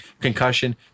Concussion